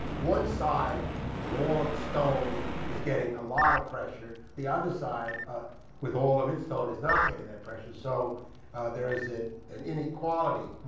one side with all of the stone is getting a lot of pressure. the other side ah with all of its stone is not getting that pressure, so there is an inequality.